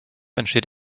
entsteht